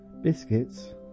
Biscuits